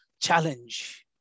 challenge